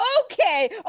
okay